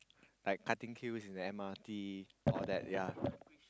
like cutting queues in the M_R_T all that ya